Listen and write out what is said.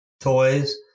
toys